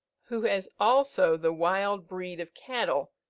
who has also the wild breed of cattle,